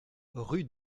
rue